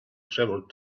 travel